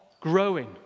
growing